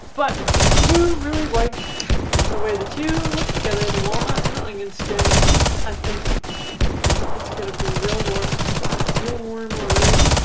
but i do really like the way the two look together the walnut and the onion skin i think it's gonna be real warm it's i feel warm already.